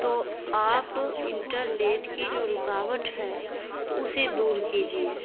تو آپ انٹرنیٹ کی جو رکاوٹ ہے تو اسے دور کیجیے